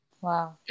Wow